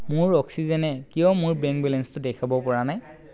মোৰ অক্সিজেনে কিয় মোৰ বেংক বেলেঞ্চটো দেখুৱাব পৰা নাই